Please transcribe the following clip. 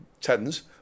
tens